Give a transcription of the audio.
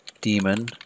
demon